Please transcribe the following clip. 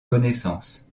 connaissances